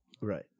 Right